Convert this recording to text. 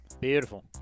Beautiful